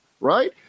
Right